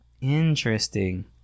Interesting